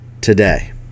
today